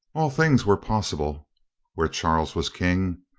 all things were possible where charles was king.